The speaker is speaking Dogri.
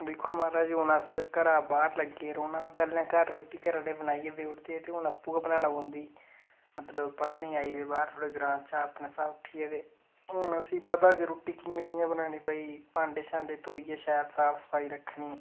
दिक्खो माराज हून अस घरै बाह्र लगे रौह्ना पैह्लें रुट्टी बनाइयै दे ईओड़दे हे ते हून आपूं गै बनाना पौंदी मतलब पढ़ने ई आई गे दे बाह्र अस अपने घरै दा उट्ठियै ते हून असें ई पता गै रुट्टी कि'यां बनानी भाई भांडे शांडे धोइयै शैल साफ शफाई रक्खनी